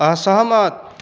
असहमत